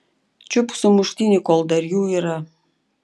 čiupk sumuštinį kol dar jų yra